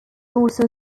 also